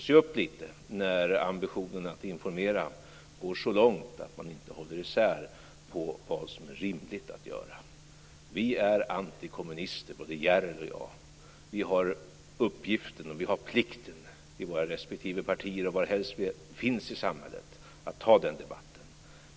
Se upp lite när ambitionen att informera går så långt att man inte håller isär vad som är rimligt att göra! Vi är antikommunister både Järrel och jag. Vi har uppgiften och plikten i våra respektive partier och varhelst vi finns i samhället att ta den debatten.